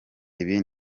ibi